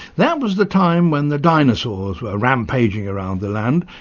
that was the time when the dinosaurs were rampaging around the land,